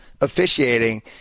officiating